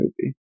movie